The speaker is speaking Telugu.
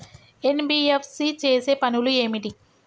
ఎన్.బి.ఎఫ్.సి చేసే పనులు ఏమిటి?